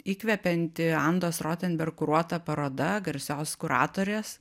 įkvepianti andos rotenberg kuruota paroda garsios kuratorės